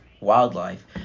wildlife